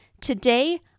today